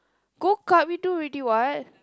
go kart we do already what